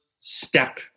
step